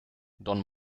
don